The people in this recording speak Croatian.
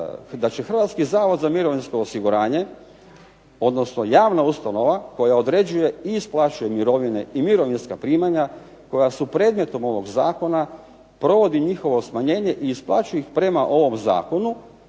Hrvatski zavod za mirovinsko osiguranje, odnosno javna ustanova koja određuje i isplaćuje mirovine i mirovinska primanja koja su predmetom ovog zakona, provodi njihovo smanjenje i isplaćuje ih prema ovom zakonu,